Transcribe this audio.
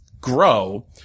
grow